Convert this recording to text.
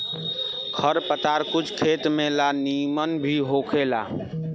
खर पात कुछ खेत में ला निमन भी होखेला